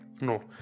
No